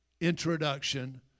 introduction